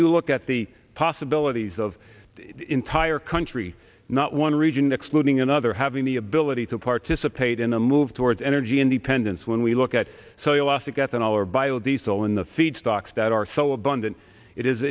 you look at the possibilities of entire country not one region excluding another having the ability to participate in a move towards energy independence when we look at so you lost it gotten our biodiesel in the feedstocks that are so abundant it is